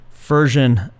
version